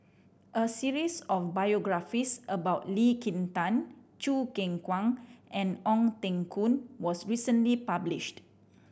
a series of biographies about Lee Kin Tat Choo Keng Kwang and Ong Teng Koon was recently published